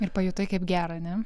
ir pajutai kaip gera ne